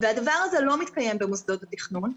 הדבר הזה לא מתקיים במוסדות התכנון.